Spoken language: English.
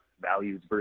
values